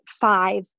five